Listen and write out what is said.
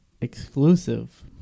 Exclusive